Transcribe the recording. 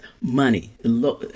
money